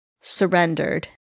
surrendered